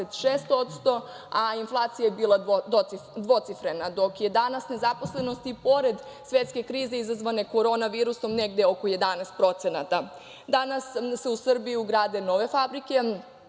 26%, a inflacija je bila dvocifrena, dok je danas nezaposlenost, i pored svetske krize izazvane korona virusom, negde oko 11%.Danas se u Srbiji grade nove fabrike,